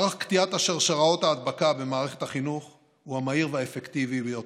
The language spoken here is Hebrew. מערך קטיעת שרשראות ההדבקה במערכת החינוך הוא המהיר והאפקטיבי ביותר,